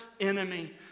enemy